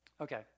Okay